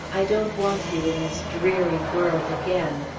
i don't want you in this dreary world again.